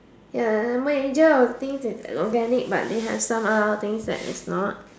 ya major of their thing is organic but they have some other things that is not